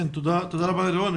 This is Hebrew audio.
תודה רבה לירון,